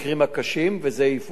וזה יפורסם בעתיד,